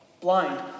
blind